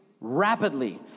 rapidly